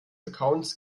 accounts